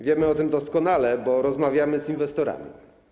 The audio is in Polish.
Wiemy o tym doskonale, bo rozmawiamy z inwestorami.